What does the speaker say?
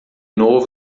novo